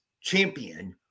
champion